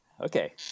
Okay